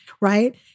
right